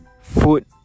food